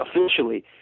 officially